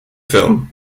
film